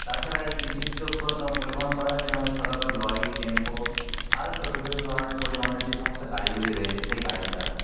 তাছাড়া এই কৃষিজ পণ্য পরিবহন করা হয়ে থাকে আমাদের সাধারণত লরি টেম্পো আরও ছোট ছোট ধরনের পরিবহনের যেই সমস্ত গাড়িগুলি রয়েছে সেই গাড়ির দ্বারা